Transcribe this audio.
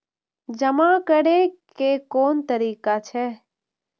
जमा करै के कोन तरीका छै?